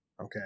Okay